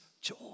joy